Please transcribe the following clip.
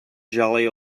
jolly